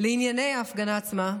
לענייני ההפגנה עצמה,